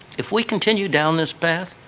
if we continue down this path,